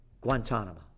Guantanamo